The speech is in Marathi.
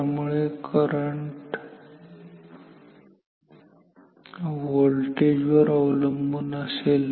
त्यामुळे करंट व्होल्टेज वर अवलंबून असेल